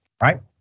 right